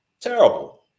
Terrible